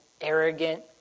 arrogant